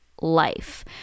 life